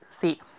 see